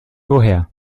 woher